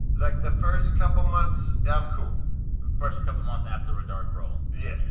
like, the first couple months, i'm cool the first couple months after a dark role yeah.